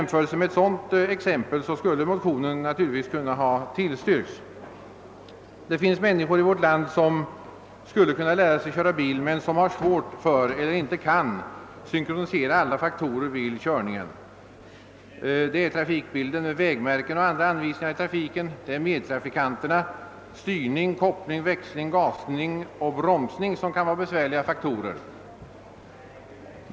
Mot bakgrunden av ett sådant exempel framstår motionens krav som så blygsamt att det borde ha kunnat tillstyrkas. Det finns personer som skulle kunna lära sig köra bil men som har svårt för att — eller inte kan — synkronisera alla faktorer vid körningen. Det är trafikbilden med vägmärken och andra anvisningar i trafiken, medtrafikanter liksom styrning, koppling, växling, gasning och bromsning som kan vara besvärliga faktorer.